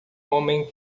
homem